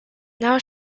now